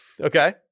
Okay